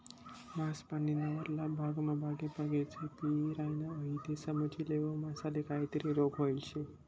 मासा पानीना वरला भागमा बागेबागे झेपी रायना व्हयी ते समजी लेवो मासाले काहीतरी रोग व्हयेल शे